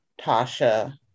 Tasha